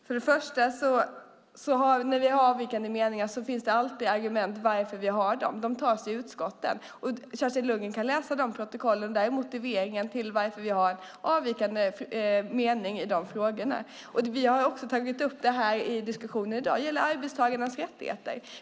Fru talman! När vi har avvikande meningar finns det alltid argument för varför vi har dem. De tas i utskotten. Kerstin Lundgren kan läsa de protokollen. Där är motiveringen till varför vi har avvikande mening i de frågorna. Vi har också tagit upp det här i diskussionen i dag. Det gäller arbetstagarnas rättigheter.